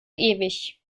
ewig